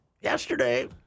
yesterday